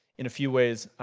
in a few ways.